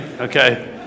Okay